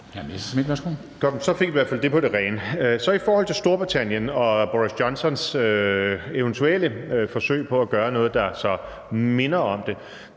Så fik vi i hvert fald det på det rene. Så vil jeg i forhold til Storbritannien og Boris Johnsons eventuelle forsøg på at gøre noget, der så minder om det,